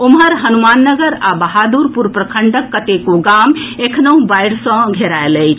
ओम्हर हनुमान नगर आ बहादुरपुर प्रखंडक कतेको गाम एखनहुँ बाढ़ि सँ घेराएल अछि